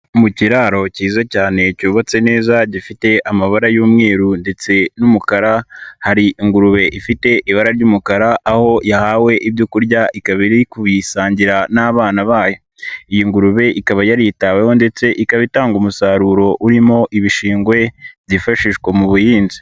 Ku kiraro kiza cyane cyubatse neza gifite amabara y'umweru ndetse n'umukara, hari ingurube ifite ibara ry'umukara, aho yahawe ibyo kurya ikaba iri kuyisangira n'abana bayo, iyi ngurube ikaba yaritaweho ndetse ikaba itanga umusaruro urimo ibishingwe byifashishwa mu buhinzi.